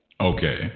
okay